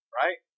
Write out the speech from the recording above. right